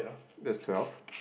that's twelve